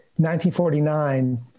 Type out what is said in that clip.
1949